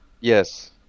Yes